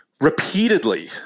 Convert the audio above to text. repeatedly